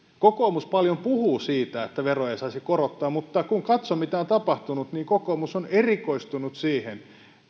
kokoomus puhuu paljon siitä että veroja ei saisi korottaa mutta kun katson mitä on tapahtunut niin kokoomus on erikoistunut siihen